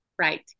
Right